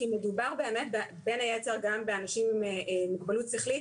כי מדובר באמת בין היתר גם באנשים עם מוגבלות שכלית